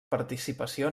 participació